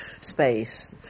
space